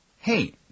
hey